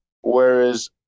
whereas